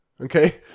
Okay